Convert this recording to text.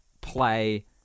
Play